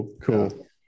Cool